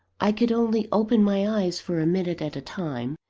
i could only open my eyes for a minute at a time,